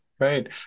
Right